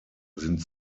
sind